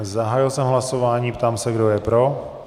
Zahájil jsem hlasování a ptám se, kdo je pro.